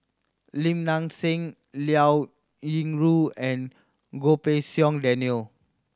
Lim Nang Seng Liao Yingru and Goh Pei Siong Daniel